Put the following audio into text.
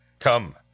Come